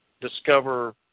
discover